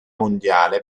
mondiale